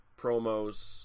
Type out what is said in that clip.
promos